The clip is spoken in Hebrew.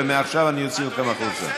ומעכשיו אני אוציא אתכם החוצה.